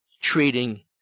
treating